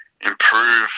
improve